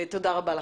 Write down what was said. תודה רבה לכם.